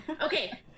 Okay